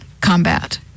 combat